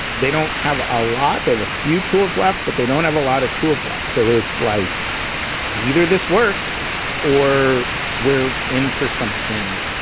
they don't have a lot. they have a few tools left, but they don't have a lot of tools left so it's like either this works or we're in for something.